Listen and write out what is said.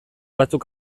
batzuk